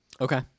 Okay